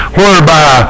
whereby